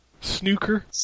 Snooker